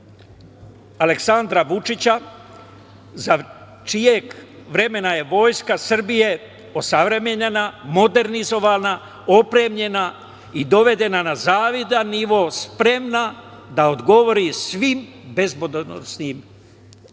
Aleksandra Vučića za čijeg vremena je Vojska Srbije osavremenjena, modernizovana, opremljena i dovedena na zavidan nivo, spremna da odgovori svim bezbednosnim izazovima.